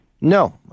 No